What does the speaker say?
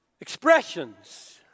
expressions